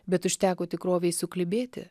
bet užteko tikrovei suklibėti